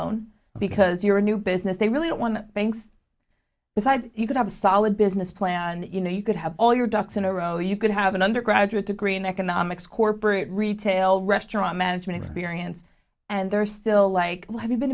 loan because you're a new business they really don't want banks besides you could have a solid business plan you know you could have all your ducks in a row you could have an undergraduate degree in economics corporate retail restaurant management experience and they're still like